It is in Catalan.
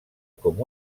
com